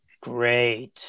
Great